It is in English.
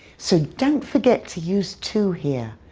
so don't forget to use to here.